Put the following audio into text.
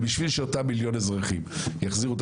ובשביל שאותם מיליון אזרחים יחזירו את